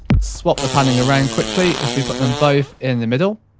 swap the panning around quickly if we put them both in the middle.